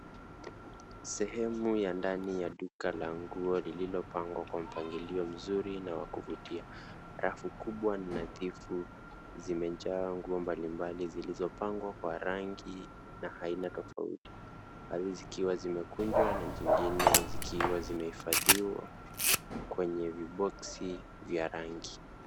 Sehemu ya ndani ya duka la nguo lililopangwa kwa mpangilio mzuri na wa kuvutia. Rafu kubwa nadhifu zimejaa nguo mbalimbali zilizopangwa kwa rangi na aina tofauti, baadhi zikiwa zimekunjwa na zingine zikiwa zimehifadhiwa kwenye viboksi vya rangi.